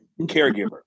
caregiver